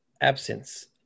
absence